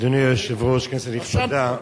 אדוני היושב-ראש, כנסת נכבדה,